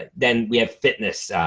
ah then we have fitness.